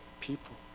people